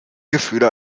gefühle